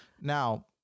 Now